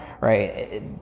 right